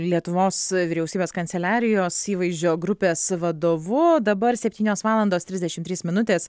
lietuvos vyriausybės kanceliarijos įvaizdžio grupės vadovu dabar septynios valandos trisdešim trys minutės